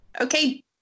okay